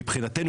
מבחינתנו,